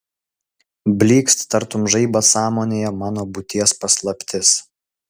blykst tartum žaibas sąmonėje mano būties paslaptis